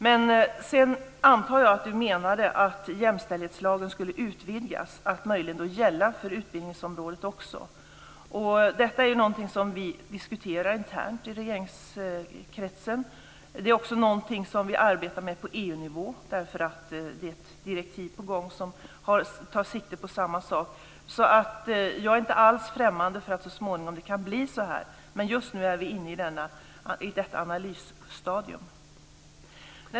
Jag antar att Margareta Andersson menade att jämställdhetslagen skulle utvidgas till att möjligen också gälla för utbildningsområdet. Detta är någonting som vi diskuterar internt i regeringskretsen. Det är också någonting som vi arbetar med på EU-nivå. Det är ett direktiv på gång som tar sikte på samma sak. Jag är inte alls främmande för att det så småningom kan bli så. Men just nu är vi inne i ett analysstadium.